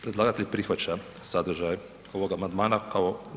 Predlagatelj prihvaća sadržaj ovog amandman kao